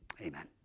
amen